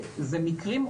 זה מקרים,